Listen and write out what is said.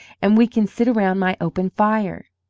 and we can sit round my open fire.